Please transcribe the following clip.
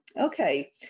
Okay